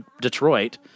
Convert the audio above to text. Detroit